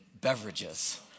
beverages